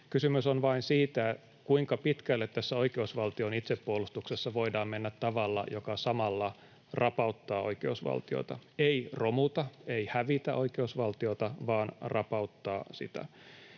Kysymys on vain siitä, kuinka pitkälle tässä oikeusvaltion itsepuolustuksessa voidaan mennä tavalla, joka samalla rapauttaa oikeusvaltiota — ei romuta, ei hävitä oikeusvaltiota, vaan rapauttaa sitä